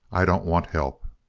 i don't want help!